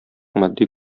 матди